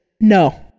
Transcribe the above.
No